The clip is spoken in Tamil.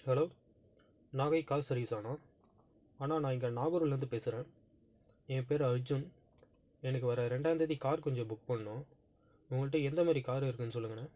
ஹலோ நாகை கார் சர்விஸ்ஸாண்ணா அண்ணா நான் இங்கே நாகூர்லந்து பேசுகிறேன் என் பேர் அர்ஜுன் எனக்கு வர ரெண்டாம்தேதி கார் கொஞ்சம் புக் பண்ணும் உங்கள்கிட்ட எந்தமாரி கார் இருக்குன்னு சொல்லுங்கண்ணா